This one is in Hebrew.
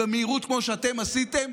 במהירות כמו שאתם עשיתם,